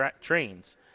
trains